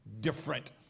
different